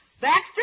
Baxter